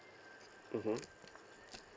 mmhmm